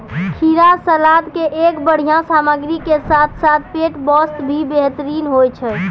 खीरा सलाद के एक बढ़िया सामग्री के साथॅ साथॅ पेट बास्तॅ भी बेहतरीन होय छै